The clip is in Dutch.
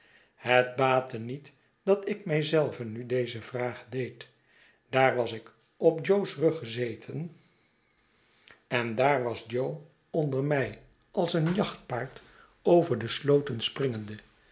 het baatte niet dat ik mij zelven nu deze vraag deed daar was ik op jo's rug gezeten en daar was jo onder mij als een jachtpaard over de slooten springende